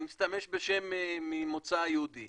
אני אשתמש בשם ממוצא יהודי,